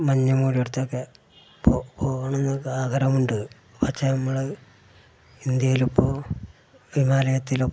മഞ്ഞ്മൂടിയടുത്തൊക്കെ പോകാണമെന്നൊക്കെ ആഗ്രഹമുണ്ട് പക്ഷേ ഇമ്മള് ഇന്ത്യയിലിപ്പോള് ഹിമാലയത്തിലും